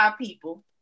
people